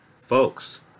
Folks